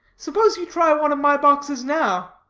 suppose you try one of my boxes now.